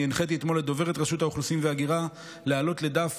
אני הנחיתי אתמול את דוברת רשות האוכלוסין וההגירה להעלות לדף